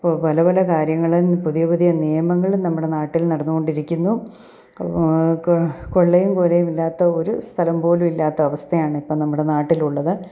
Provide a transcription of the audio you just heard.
ഇപ്പോൾ പല പല കാര്യങ്ങളും പുതിയ പുതിയ നിയമങ്ങളും നമ്മുടെ നാട്ടിൽ നടന്നു കൊണ്ടിരിക്കുന്നു കൊ കൊള്ളയും കൊലയുമില്ലാത്ത ഒരു സ്ഥലം പോലുമില്ലാത്ത അവസ്ഥയാണ് ഇപ്പം നമ്മുടെ നാട്ടിലുള്ളത്